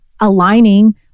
aligning